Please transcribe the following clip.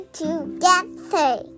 together